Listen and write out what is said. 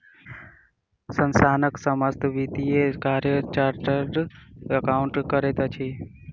संस्थानक समस्त वित्तीय कार्य चार्टर्ड अकाउंटेंट करैत अछि